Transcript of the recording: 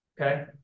okay